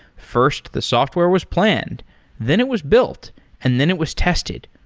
first, the software was planned then it was built and then it was tested.